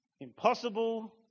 impossible